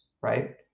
right